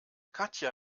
katja